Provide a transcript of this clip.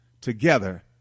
together